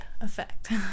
effect